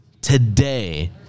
Today